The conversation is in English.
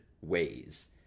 ways